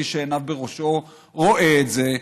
מי שעיניו בראשו רואה את זה.